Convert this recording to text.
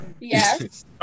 Yes